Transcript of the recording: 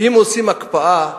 אם עושים הקפאה,